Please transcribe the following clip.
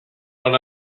when